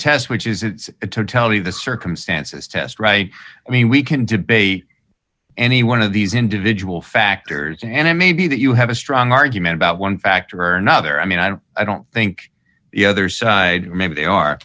of the circumstances test right i mean we can debate any one of these individual factors and it may be that you have a strong argument about one factor or another i mean i don't i don't think the other side maybe they are